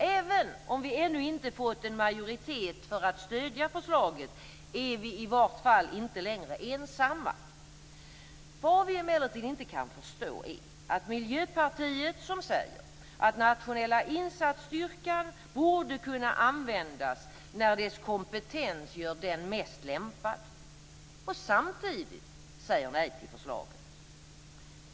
Även om vi ännu inte fått en majoritet att stödja förslaget är vi i vart fall inte längre ensamma. Vad vi emellertid inte kan förstå är att Miljöpartiet samtidigt som man säger att nationella insatsstyrkan borde kunna användas när dess kompetens gör den mest lämpad säger nej till förslaget.